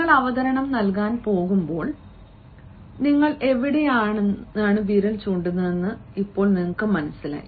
നിങ്ങൾ അവതരണം നൽകാൻ പോകുമ്പോൾ നിങ്ങൾ എവിടെയാണ് വിരൽ ചൂണ്ടുന്നതെന്ന് ഇപ്പോൾ മനസ്സിലായി